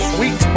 Sweet